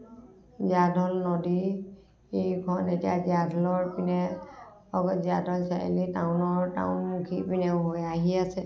জীয়া ঢল নদী খন এতিয়া জীয়া ঢলৰ পিনে অকল জীয়া ঢল চাৰিআলি টাউনৰ টাউনমুখী পিনে হৈ আহি আছে